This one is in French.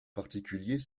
particulier